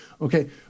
Okay